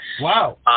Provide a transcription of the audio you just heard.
Wow